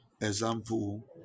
example